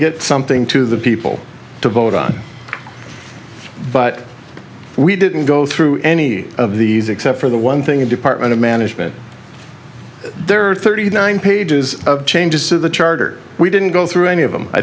get something to the people to vote on but we didn't go through any of these except for the one thing in department of management there are thirty nine pages of changes to the charter we didn't go through any of them i